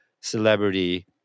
celebrity